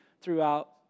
throughout